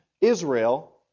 Israel